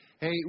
Hey